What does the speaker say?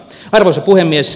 arvoisa puhemies